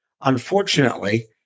Unfortunately